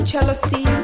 Jealousy